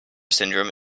syndrome